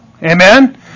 Amen